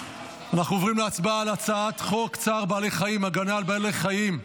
אנחנו עוברים להצבעה על הצעת חוק צער בעלי חיים (הגנה על בעלי חיים)